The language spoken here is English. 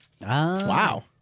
Wow